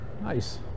Nice